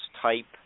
type